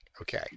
Okay